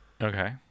Okay